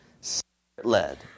Spirit-led